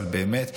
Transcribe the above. אבל באמת,